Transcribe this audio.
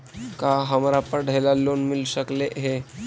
का हमरा पढ़े ल लोन मिल सकले हे?